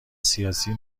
سیاسی